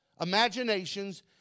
imaginations